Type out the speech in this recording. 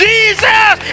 Jesus